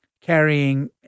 carrying